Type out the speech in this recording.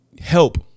help